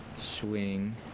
swing